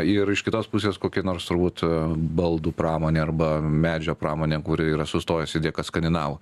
ir iš kitos pusės kokia nors turbūt baldų pramonė arba medžio pramonė kuri yra sustojusi dėka skandinavų